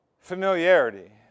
Familiarity